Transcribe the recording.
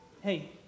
Hey